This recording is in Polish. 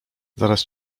zaraz